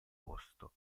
posto